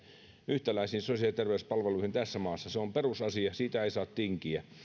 yhtäläisiin sosiaali ja terveyspalveluihin tässä maassa se on perusasia siitä ei saa tinkiä